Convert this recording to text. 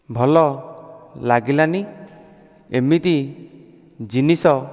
ଭଲ ଲାଗିଲାନି ଏମିତି ଜିନିଷ